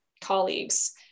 colleagues